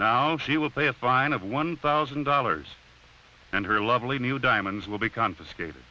now she will pay a fine of one thousand dollars and her lovely new diamonds will be confiscated